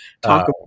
talk